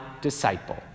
disciple